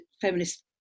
feminist